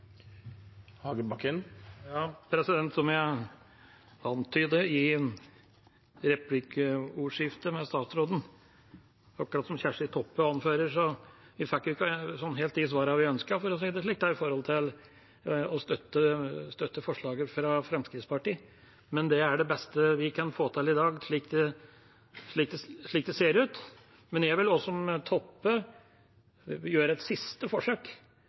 Som jeg antydet i replikkordskiftet med statsråden, og som Kjersti Toppe anfører: Vi fikk jo ikke helt de svarene vi ønsket, for å si det slik, når det gjelder å støtte forslaget fra Fremskrittspartiet. Men det er det beste vi kan få til i dag, slik det ser ut. Jeg vil også som Toppe gjøre et siste forsøk